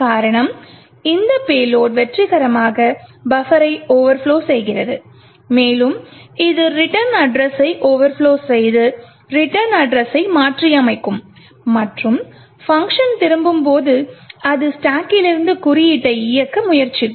காரணம் இந்த பேலோட் வெற்றிகரமாக பஃபரை ஓவர்ப்லொ செய்கிறது மேலும் இது ரிட்டர்ன் அட்ரெஸ்ஸை ஓவர்ப்லொ செய்து ரிட்டர்ன் அட்ரெஸ்ஸை மாற்றியமைக்கும் மற்றும் பங்க்ஷன் திரும்பும்போது அது ஸ்டாக்கிலிருந்து குறியீட்டை இயக்க முயற்சிக்கும்